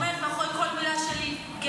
יכולה רק להגיד לך שאני עומדת מאחורי כל מילה שלי,